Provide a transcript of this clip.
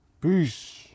Peace